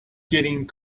getting